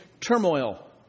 turmoil